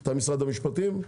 אתה משרד המשפטים?